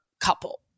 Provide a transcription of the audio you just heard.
couple